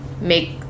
make